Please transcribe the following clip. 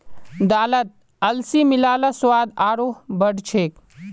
दालत अलसी मिला ल स्वाद आरोह बढ़ जा छेक